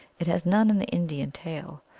it has none in the indian tale.